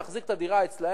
להחזיק את הדירה אצלם,